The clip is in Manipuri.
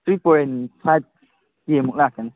ꯁꯤꯛꯁ ꯄꯣꯏꯟ ꯐꯥꯏꯚ ꯀꯦ ꯃꯨꯛ ꯂꯥꯛꯀꯅꯤ